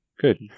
good